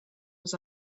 was